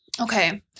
Okay